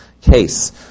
case